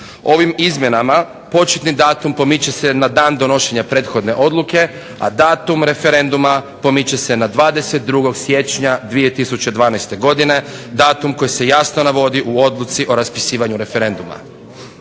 Ovim izmjenama početni datum pomiče se na dan donošenja prethodne odluke, a datum referenduma pomiče se na 22. siječnja 2012. godine, datum koji se jasno navodi u odluci o raspisivanju referenduma.